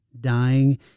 dying